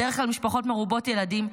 בדרך כלל משפחות מרובות ילדים,